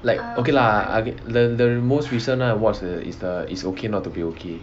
like okay lah I the the most recently one err is the is okay not to be okay